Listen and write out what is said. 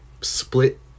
split